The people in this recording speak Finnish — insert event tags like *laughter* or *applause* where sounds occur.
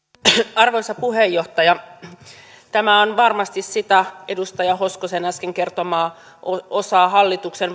arvoisa puheenjohtaja tämä on varmasti sitä edustaja hoskosen äsken kertomaa osaa hallituksen *unintelligible*